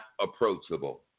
approachable